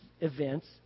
events